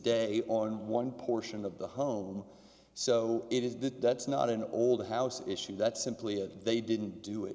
day on one portion of the home so it is that not an old house issue that's simply if they didn't do it